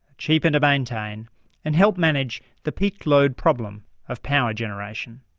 cheaper to maintain and help manage the peak load problem of power generation.